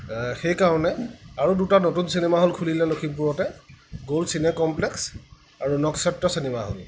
সেইকাৰণে আৰু দুটা চিনেমা হল খুলিলে লখিমপুৰতে গ'ল্ড চিনে কমপ্লেক্স আৰু নক্ষত্ৰ চিনেমা হল